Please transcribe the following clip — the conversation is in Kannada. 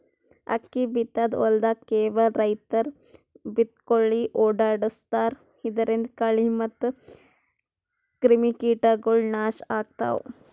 ಅಕ್ಕಿ ಬಿತ್ತಿದ್ ಹೊಲ್ದಾಗ್ ಕೆಲವ್ ರೈತರ್ ಬಾತ್ಕೋಳಿ ಓಡಾಡಸ್ತಾರ್ ಇದರಿಂದ ಕಳಿ ಮತ್ತ್ ಕ್ರಿಮಿಕೀಟಗೊಳ್ ನಾಶ್ ಆಗ್ತಾವ್